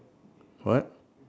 what